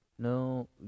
No